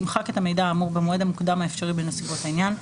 ימחק את המידע האומר במועד האפשרי בנסיבות העניין.